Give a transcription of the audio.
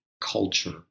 culture